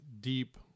deep